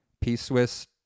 P-Swiss